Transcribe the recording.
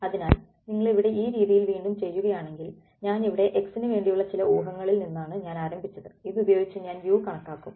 അതിനാൽ നിങ്ങൾ ഇവിടെ ഈ രീതിയിൽ വീണ്ടും ചെയ്യുകയാണെങ്കിൽ ഞാൻ ഇവിടെ x ന് വേണ്ടിയുള്ള ചില ഊഹങ്ങളിൽ നിന്നാണ് ഞാൻ ആരംഭിച്ചത് ഇതു ഉപയോഗിച്ച് ഞാൻ u കണക്കാക്കും